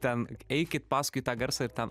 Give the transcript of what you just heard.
ten eikit paskui tą garsą ir ten